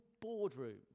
boardroom